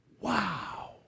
Wow